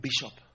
Bishop